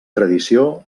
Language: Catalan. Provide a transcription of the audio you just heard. tradició